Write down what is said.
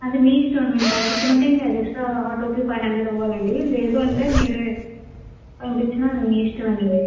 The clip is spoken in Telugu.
అది మీ ఇష్టం మేము పంపించమంటే ఇంకా అది ఎక్సట్రా ఆటోకి ఫైవ్ హండ్రెడ్ ఇవ్వాలండి లేదు అంటే మీరే పంపించినా మీ ఇష్టమేనండి